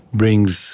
brings